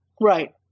right